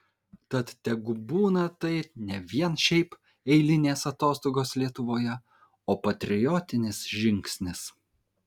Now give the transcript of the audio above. tad tegu būna tai ne vien šiaip eilinės atostogos lietuvoje o patriotinis žingsnis